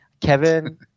Kevin